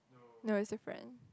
no it's different